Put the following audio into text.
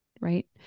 right